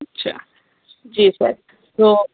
अच्छा जी सर तो